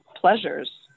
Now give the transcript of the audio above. Pleasures